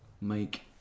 make